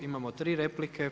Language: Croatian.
Imamo tri replike.